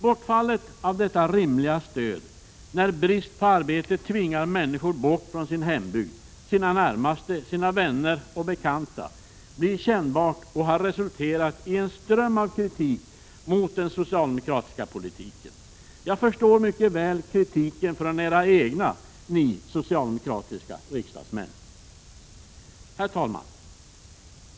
Bortfallet av detta rimliga stöd, när brist på arbete tvingar människor bort från sin hembygd, sina närmaste, sina vänner och bekanta, blir kännbart och har resulterat i en ström av kritik mot den socialdemokratiska politiken. Jag förstår mycket väl kritiken från era egna socialdemokratiska riksdagsmän. Herr talman!